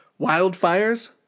wildfires